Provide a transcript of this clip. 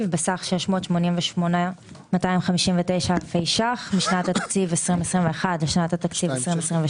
בסך 688,259 אלפי ₪ משנת התקציב 21' ל-22'